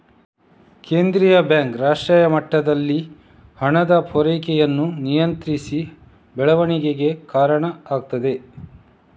ಕೇಂದ್ರೀಯ ಬ್ಯಾಂಕ್ ರಾಷ್ಟ್ರೀಯ ಮಟ್ಟದಲ್ಲಿ ಹಣದ ಪೂರೈಕೆಯನ್ನ ನಿಯಂತ್ರಿಸಿ ಬೆಳವಣಿಗೆಗೆ ಕಾರಣ ಆಗ್ತದೆ